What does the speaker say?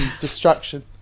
destruction